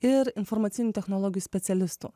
ir informacinių technologijų specialistų